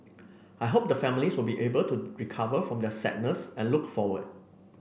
I hope the families will be able to recover from their sadness and look forward